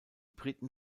briten